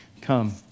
Come